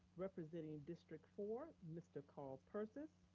representing district four, mr. carl persis,